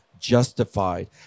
justified